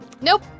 Nope